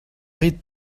rit